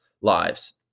lives